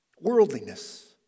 Worldliness